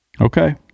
Okay